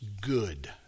good